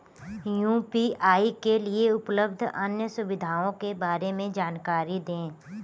UPI के लिए उपलब्ध अन्य सुविधाओं के बारे में जानकारी दें?